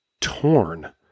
torn